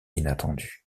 inattendu